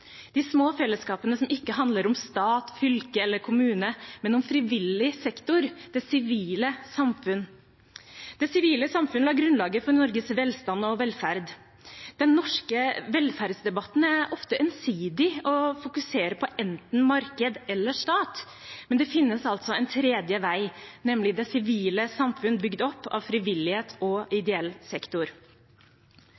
de små fellesskapene som ikke handler om stat, fylke eller kommune, men om frivillig sektor og det sivile samfunn. Det sivile samfunn la grunnlaget for Norges velstand og velferd. Den norske velferdsdebatten er ofte ensidig og fokuserer på enten marked eller stat. Men det finnes altså en tredje vei, nemlig det sivile samfunn, bygd opp av frivillighet og